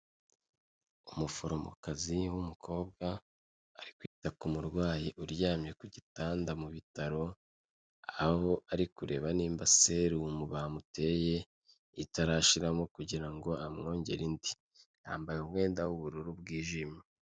Umuforomokazi w'umukobwa ari kwita ku murwayi uryamye ku gitanda mu bitaro, aho ari kureba nimba serumu bamuteye itarashiramo kugira ngo amwongere indi, yambaye umwenda w'ubururu bwijimye.